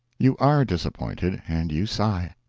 you are disappointed, and you sigh.